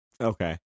Okay